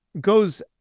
goes